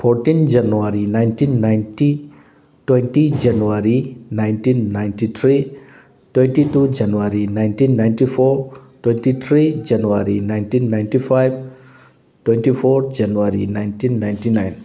fourteen January nineteen ninety twenty January nineteen ninety three twenty two January nineteen ninety four twenty three January nineteen ninety five twenty four January nineteen ninety nine